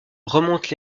remonte